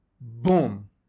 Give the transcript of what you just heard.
Boom